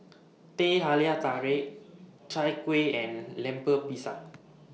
Teh Halia Tarik Chai Kuih and Lemper Pisang